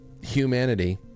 humanity